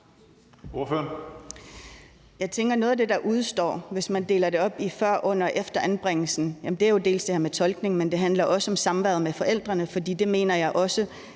Jeg tænker, at noget af det, der udestår, hvis man deler det op i før, under og efter anbringelsen, jo er det her med tolkning, men det handler også om samværet med forældrene, for det mener jeg også